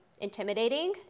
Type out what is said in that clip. intimidating